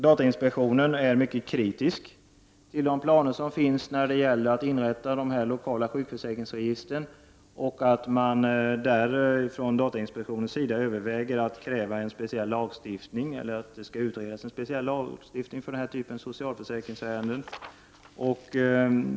Datainspektionen är mycket kritisk till planerna på att inrätta lokala sjukförsäkringsregister och överväger att kräva en speciell lagstiftning för den här typen av socialförsäkringsärenden.